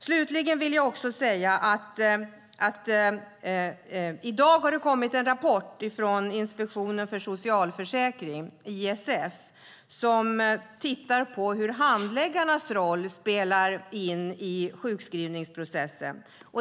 Slutligen vill jag säga att det i dag har kommit en rapport från Inspektionen för socialförsäkringen, ISF, som har tittat på hur handläggarnas roll spelar in i sjukskrivningsprocessen.